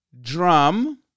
drum